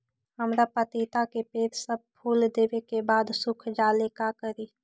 हमरा पतिता के पेड़ सब फुल देबे के बाद सुख जाले का करी?